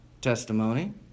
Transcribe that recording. testimony